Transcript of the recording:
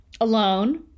alone